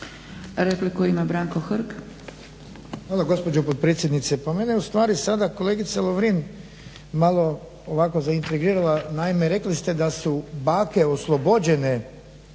Repliku ima Branko Hrg.